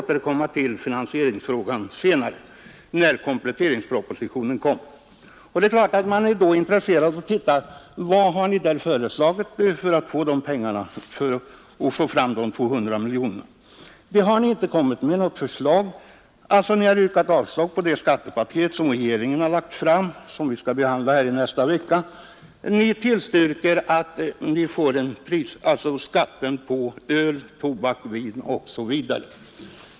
Till finansieringsfrågan skulle ni återkomma när kompletteringspropositionen framlagts. Det är klart att man är intresserad av att få veta vad ni då har att föreslå för att få fram dessa 200 miljoner kronor. Något förslag har ni inte kommit med. Ni avstyrker det skattepaket som regeringen lagt fram och som vi skall behandla nästa vecka, och ni tillstyrker skatten på öl, tobak, vin osv.